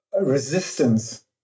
resistance